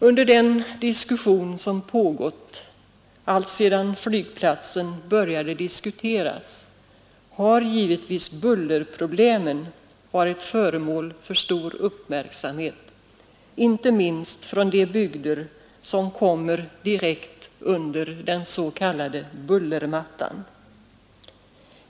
Under den diskussion som pågått alltsedan flygplatsen började diskuteras har givetvis bullerproblemen varit föremål för stor uppmärksamhet, inte minst i de bygder som kommer att ligga direkt under den s.k. bullermattan.